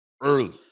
early